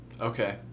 Okay